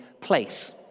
place